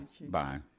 bye